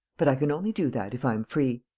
but i can only do that if i'm free.